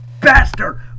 bastard